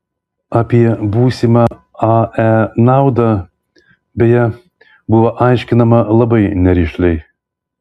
apie būsimą ae naudą beje buvo aiškinama labai nerišliai